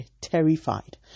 terrified